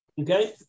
Okay